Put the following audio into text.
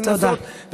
רוצים לעשות,